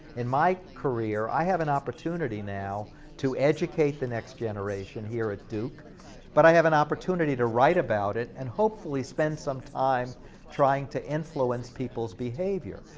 in my career, i have an opportunity now to educate the next generation here at duke but i have an opportunity to write about it and hopefully spend some time trying to influence people's behavior.